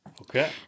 Okay